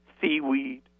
seaweed